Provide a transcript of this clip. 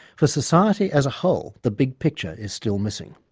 for society as whole the big picture is still missing.